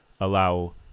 allow